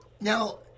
Now